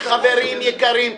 חברים יקרים,